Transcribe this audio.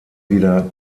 wieder